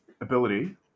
ability